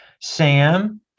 sam